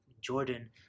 Jordan